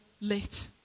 lit